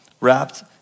wrapped